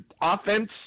offense